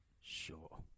Sure